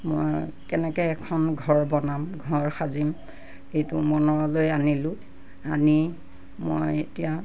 মই কেনেকৈ এখন ঘৰ বনাম ঘৰ সাজিম এইটো মনলৈ আনিলোঁ আনি মই এতিয়া